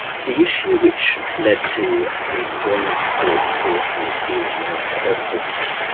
the issue which led to me withdrawing my support for towards healing was a very important one.